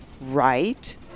Right